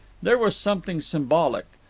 there was something symbolic,